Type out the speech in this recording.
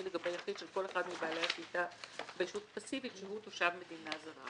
לגבי יחיד של כל אחד מבעלי השליטה בישות הפסיבית שהוא תושב מדינה זרה,